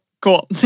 Cool